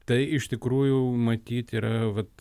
tai iš tikrųjų matyt yra vat